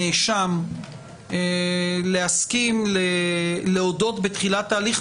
לנאשם להסכים להודות בתחילת ההליך,